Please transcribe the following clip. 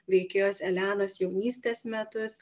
veikėjos elenos jaunystės metus